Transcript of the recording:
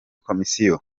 komisiyo